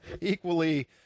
equally